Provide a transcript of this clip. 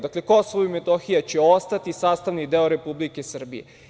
Dakle, Kosovo i Metohija će ostati sastavni deo Republike Srbije.